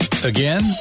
Again